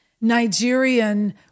Nigerian